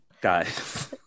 Guys